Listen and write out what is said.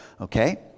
okay